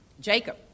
Jacob